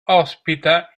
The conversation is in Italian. ospita